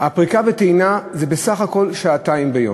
פריקה וטעינה זה בסך הכול שעתיים ביום,